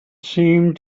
seemed